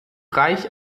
reich